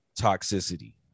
toxicity